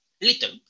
little